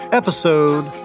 episode